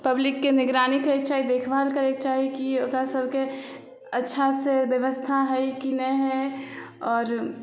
पब्लिकके निगरानी करैके चाही देखभाल करैके चाही कि ओकरासभके अच्छासे बेबस्था हइ कि नहि हइ आओर